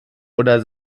oder